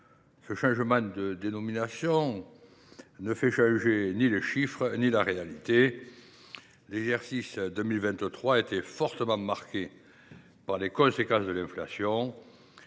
Ce changement de dénomination ne fait changer ni les chiffres ni la réalité. L’exercice 2023 a été fortement marqué par les conséquences de l’inflation,